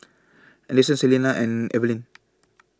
Anderson Celena and Evelin